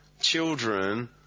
Children –